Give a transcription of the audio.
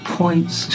points